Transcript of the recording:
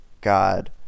God